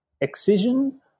excision